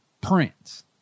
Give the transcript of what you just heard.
prince